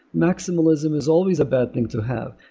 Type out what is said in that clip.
maximalism is always a bad thing to have.